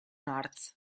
arts